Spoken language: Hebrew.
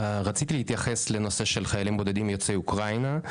רציתי להתייחס לנושא של חיילים בודדים יוצאי אוקראינה.